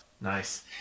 Nice